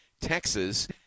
Texas